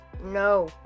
no